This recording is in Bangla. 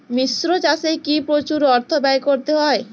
মিশ্র চাষে কি প্রচুর অর্থ ব্যয় করতে হয়?